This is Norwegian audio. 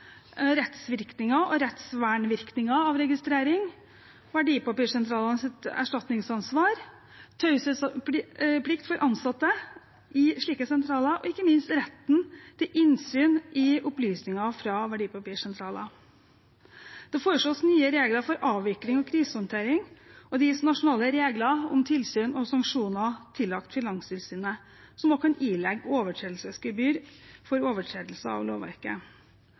rettsvirkninger og rettsvernvirkninger av registrering, verdipapirsentralenes erstatningsansvar, taushetsplikt for ansatte i slike sentraler og ikke minst retten til innsyn i opplysninger fra verdipapirsentraler. Det foreslås nye regler for avvikling og krisehåndtering, og det gis nasjonale regler om tilsyn og sanksjoner tillagt Finanstilsynet, som kan ilegge overtredelsesgebyr for overtredelse av lovverket.